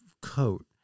coat